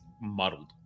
muddled